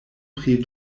pri